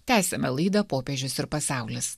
tęsiame laidą popiežius ir pasaulis